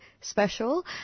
special